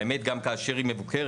האמת גם כאשר היא מבוקרת,